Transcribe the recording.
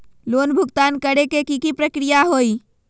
Loan भुगतान करे के की की प्रक्रिया होई?